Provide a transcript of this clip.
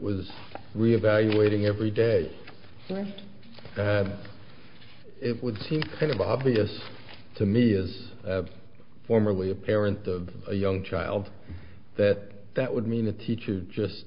was reevaluating every day it would seem kind of obvious to me is formerly a parent of a young child that that would mean the teacher just